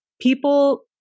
people